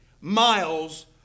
miles